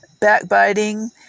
Backbiting